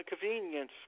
convenience